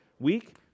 week